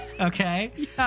Okay